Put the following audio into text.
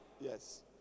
Yes